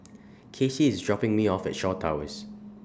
Kaci IS dropping Me off At Shaw Towers